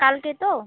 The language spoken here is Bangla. কালকে তো